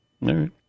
right